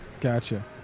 Gotcha